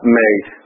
made